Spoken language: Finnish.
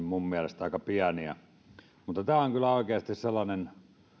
minun mielestäni aika pieniä mutta tämä on kyllä oikeasti sellainen